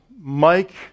Mike